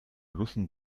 russen